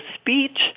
speech